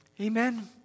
Amen